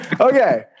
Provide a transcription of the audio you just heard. Okay